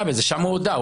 שם הוא הודה בזה.